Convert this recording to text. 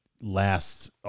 last